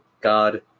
god